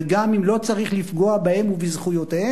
וגם אם לא צריך לפגוע בהם ובזכויותיהם,